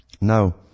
Now